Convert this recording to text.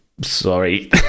sorry